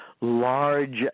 large